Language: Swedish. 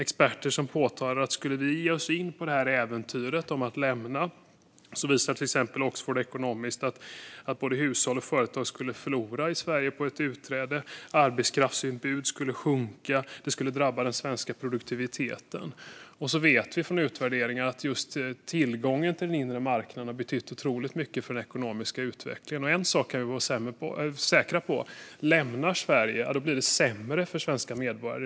Det finns experter som visar vad som skulle hända om vi skulle ge oss in i äventyret att lämna EU. Till exempel visar Oxford Economics att både hushåll och företag i Sverige skulle förlora på ett utträde. Arbetskraftsutbudet skulle sjunka. Det skulle drabba den svenska produktiviteten. Vi vet av utvärderingar att just tillgången till den inre marknaden har betytt otroligt mycket för den ekonomiska utvecklingen. Vi kan vara säkra på en sak: Lämnar Sverige EU blir det sämre för svenska medborgare.